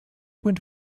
went